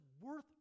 worth